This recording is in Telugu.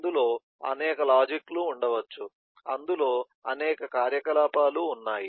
అందులో అనేక లాజిక్ లు ఉండవచ్చు అందులో అనేక కార్యకలాపాలు ఉన్నాయి